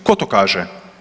Tko to kaže?